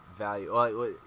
value